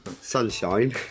Sunshine